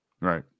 Right